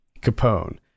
Capone